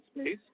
space